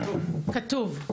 כתוב.